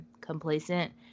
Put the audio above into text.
complacent